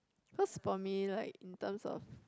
cause for me like in terms of